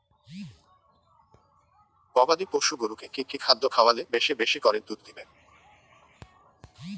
গবাদি পশু গরুকে কী কী খাদ্য খাওয়ালে বেশী বেশী করে দুধ দিবে?